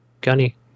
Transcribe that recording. Gunny